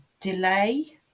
delay